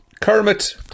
Kermit